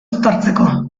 uztartzeko